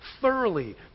thoroughly